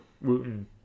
Wooten